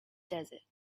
desert